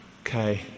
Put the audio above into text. Okay